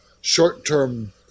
short-term